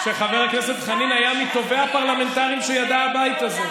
שחבר הכנסת חנין היה מטובי הפרלמנטרים שידע הבית הזה.